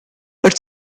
but